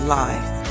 life